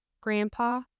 Grandpa